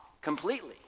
completely